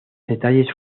detalles